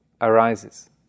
arises